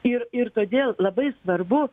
ir ir todėl labai svarbu